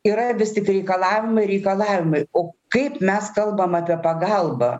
yra vis tik reikalavimai reikalavimai o kaip mes kalbam apie pagalbą